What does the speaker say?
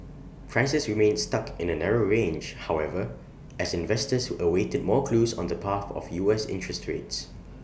prices remained stuck in A narrow range however as investors awaited more clues on the path of U S interest rates